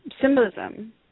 symbolism